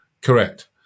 Correct